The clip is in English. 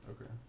Okay